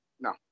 No